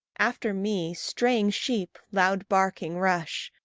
after me, straying sheep, loud barking, rush.